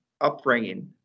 upbringing